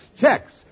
checks